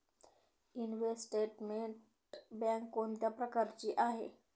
Investment bank कोणत्या प्रकारची bank आहे?